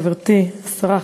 חברתי השרה,